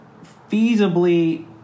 feasibly –